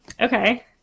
Okay